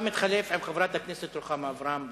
אתה מתחלף עם חברת הכנסת רוחמה אברהם בתור.